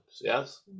yes